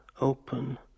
open